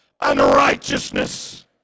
unrighteousness